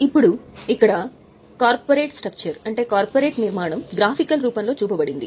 ఇప్పుడు ఇక్కడ కార్పొరేట్ నిర్మాణం గ్రాఫికల్ రూపంలో చూపబడింది